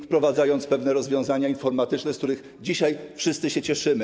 Wprowadzałem pewne rozwiązania informatyczne, z których dzisiaj wszyscy się cieszymy.